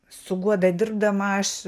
su guoda dirbdama aš